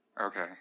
Okay